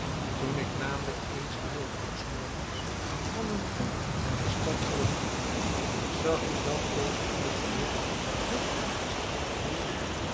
toen ik namelijk eens heel vroeg s morgens van een gang naar de stad terugkeerde zag ik dat onze huisdeur wit aangestreept was